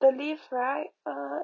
the leave right uh